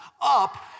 up